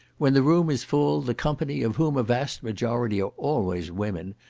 when the room is full, the company, of whom a vast majority are always women,